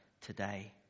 today